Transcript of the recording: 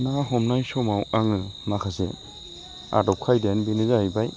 ना हमनाय समाव आङो माखासे आदब खायदायानो बेनो जाहैबाय